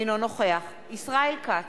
אינו נוכח ישראל כץ,